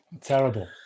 Terrible